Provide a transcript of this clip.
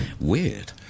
weird